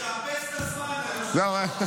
תאפס את הזמן, היושב-ראש.